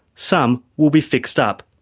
some will be fixed up,